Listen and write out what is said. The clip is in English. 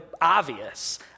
obvious